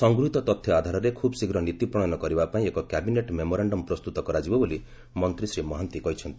ସଂଗୃହୀତ ତଥ୍ ଆଧାରରେ ଖୁବ୍ ଶୀଘ୍ର ନୀତି ପ୍ରଶୟନ କରିବା ପାଇଁ ଏକ କ୍ୟାବିନେଟ୍ ମେମୋରାଣ୍ଡମ୍ ପ୍ରସ୍ତୁତ କରାଯିବ ବୋଲି ମନ୍ତୀ ଶ୍ରୀ ମହାନ୍ତି କହିଛନ୍ତି